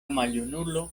maljunulo